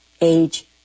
age